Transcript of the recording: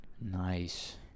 Nice